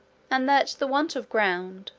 and that the want of ground,